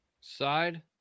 side